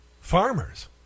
farmers